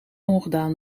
ongedaan